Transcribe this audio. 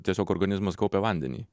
tiesiog organizmas kaupia vandenį